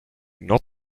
not